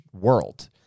world